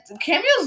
cameos